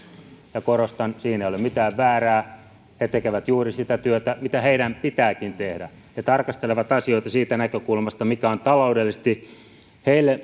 ja korostan siinä ei ole mitään väärää he tekevät juuri sitä työtä mitä heidän pitääkin tehdä he tarkastelevat asioita siitä näkökulmasta mikä on taloudellisesti heille